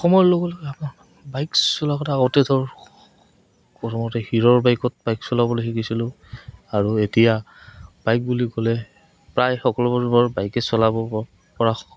সময়ৰ লগে লগে আপোনাক বাইক চলা কথা কওঁতে ধৰ প্ৰথমতে হিৰ'ৰ বাইকত বাইক চলাবলৈ শিকিছিলোঁ আৰু এতিয়া বাইক বুলি ক'লে প্ৰায় সকলোবোৰ বৰ বাইকে চলাব পৰা